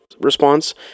response